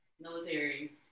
military